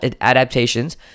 adaptations